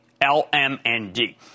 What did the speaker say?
L-M-N-D